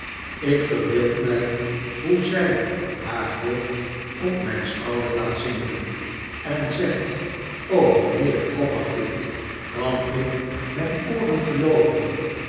ik verbeeld mij m'un tweede liefde hoe zij haar hoofd op mijn schouder laat zinken en zegt rl o mijnheer gopperfield kan ik mijn ooren gelooven